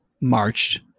marched